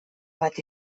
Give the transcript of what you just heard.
bat